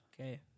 Okay